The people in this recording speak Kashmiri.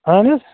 اَہَن حظ